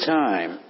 time